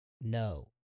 No